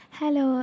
Hello